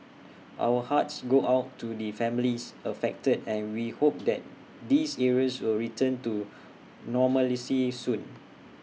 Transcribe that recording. our hearts go out to the families affected and we hope that these areas will return to normalcy soon